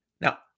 Now